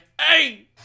Hey